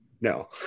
No